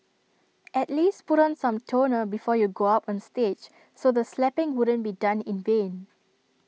at least put on some toner before you go up on stage so the slapping wouldn't be done in vain